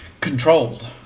controlled